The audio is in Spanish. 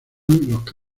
directos